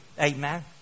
Amen